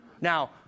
Now